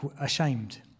ashamed